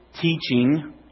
teaching